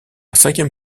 cinquième